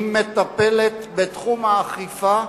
היא מטפלת בתחום האכיפה,